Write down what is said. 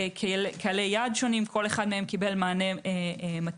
קהלי יעד שונים - כל אחד קיבלה מענה מתאים.